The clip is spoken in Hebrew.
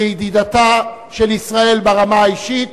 כידידתה של ישראל ברמה האישית